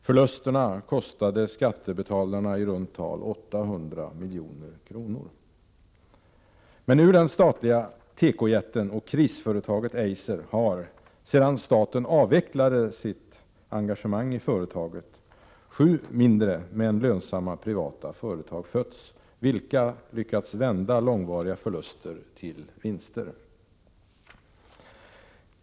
Förlusterna kostade skattebetalarna ca 800 milj.kr. Ur den statliga tekojätten och krisföretaget Eiser har, sedan staten avvecklade sitt engagemang i företaget, sju mindre men lönsamma privata företag fötts, vilka lyckats vända långvariga förluster till vinster.